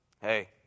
hey